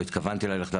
לא התכוונתי ללכת להפגנה.